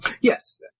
Yes